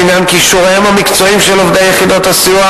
לעניין כישוריהם המקצועיים של עובדי יחידות הסיוע